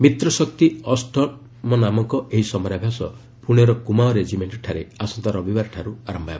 ମିତ୍ର ଶକ୍ତି ଅଷ୍ଟମନାମକ ଏହି ସମରାଭ୍ୟାସ ପ୍ରଣେର କ୍ରମାଓଁ ରେଜିମେଙ୍କଠାରେ ଆସନ୍ତା ରବିବାରଠାରୁ ଆରମ୍ଭ ହେବ